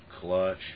Clutch